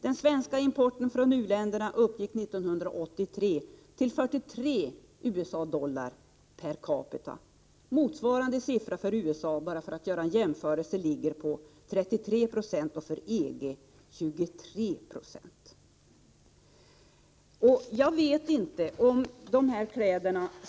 Den svenska importen från u-länderna uppgick 1983 till 43 USA-dollar per capita. Motsvarande siffra för USA — bara för att göra en jämförelse — ligger på 33 90 och för EG på 23 96 av detta belopp.